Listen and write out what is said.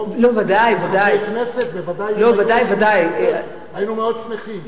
גם היושב-ראש, היו מאוד שמחים.